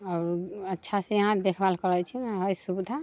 आओर अच्छासँ इहाँ देखभाल करैत छै हइ सुविधा